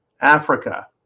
Africa